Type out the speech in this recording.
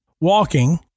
walking